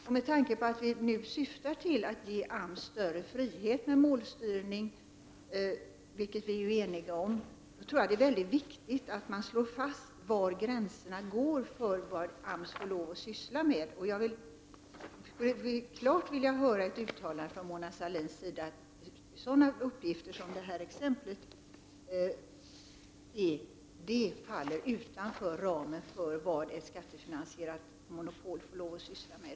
Med tanke på att syftet nu är att ge AMS större frihet när det gäller målstyrning — vilket vi ju är eniga om — tror jag att det är mycket viktigt att det slås fast var gränsen går för vad AMS får lov att syssla med. Jag skulle vilja ha ett klart uttalande från Mona Sahlin om att sådana uppgifter som det talas om i det här exemplet faller utanför ramen för vad ett skattefinansierat monopol får syssla med.